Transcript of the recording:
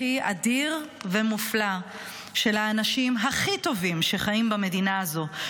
אדיר ומופלא של האנשים הכי טובים שחיים במדינה הזו,